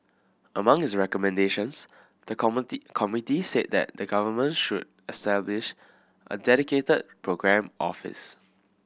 among its recommendations the committee committee said that the government should establish a dedicated programme office